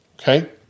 okay